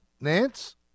Nance